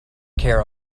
care